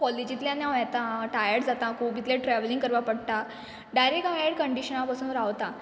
कॉलेजींतल्यान हांव येतां टायर्ड जातां हांव खूब ट्रेवलींग करपाक पडटा डायरेक्ट हांव एर कंडीशना हांव बोसोन रावता